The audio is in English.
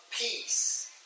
peace